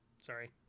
sorry